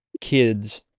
kids